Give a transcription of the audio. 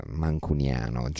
mancuniano